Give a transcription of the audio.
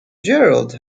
gerald